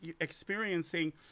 experiencing